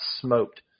smoked